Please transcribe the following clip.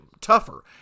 tougher